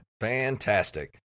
Fantastic